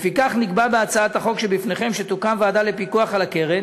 לפיכך נקבע בהצעת החוק שבפניכם שתוקם ועדה לפיקוח על הקרן